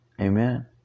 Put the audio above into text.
Amen